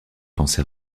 pensée